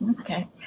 Okay